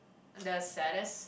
the saddest